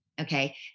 Okay